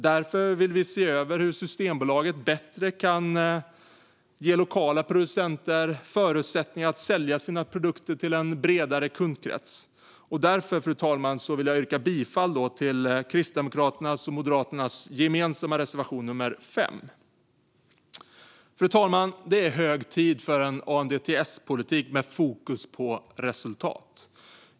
Därför vill vi se över hur Systembolaget bättre kan ge lokala producenter förutsättningar att sälja sina produkter till en bredare kundkrets. Därför vill jag yrka bifall till Kristdemokraternas och Moderaternas gemensamma reservation nummer 5. Fru talman! Det är hög tid för en ANDTS-politik med fokus på resultat.